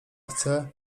chce